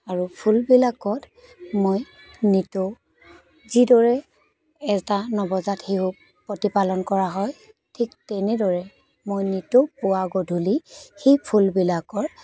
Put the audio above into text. আৰু ফুলবিলাকত মই নিতৌ যিদৰে এটা নৱজাত শিশুক প্ৰতিপালন কৰা হয় ঠিক তেনেদৰে মই নিতৌ পুৱা গধূলি সেই ফুলবিলাকৰ